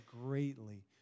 greatly